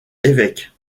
évêque